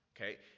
okay